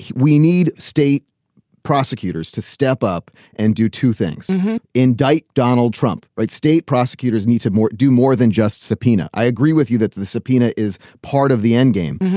we need state prosecutors to step up and do two things indict donald trump. but state prosecutors need to more do more than just subpoena. i agree with you that the subpoena is part of the end game.